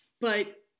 but-